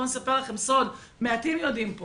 בואו, אני אספר לכם סוד, מעטים יודעים פה